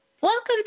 Welcome